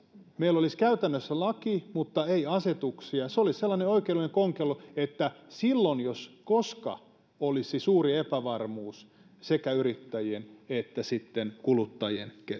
meillä olisi käytännössä laki mutta ei asetuksia se olisi sellainen oikeudellinen konkelo että silloin jos koskaan olisi suuri epävarmuus sekä yrittäjien että sitten kuluttajien